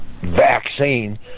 vaccine